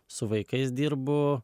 su vaikais dirbu